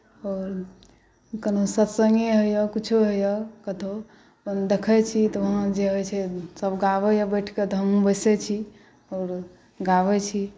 आओर कोनो सतसङ्गे होइए कुछो होइए कतहु देखैत छी तऽ वहाँ जे होइत छै सभ गाबैए बैठिके तऽ हमहूँ बैसैत छी आओर गाबैत छी